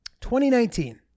2019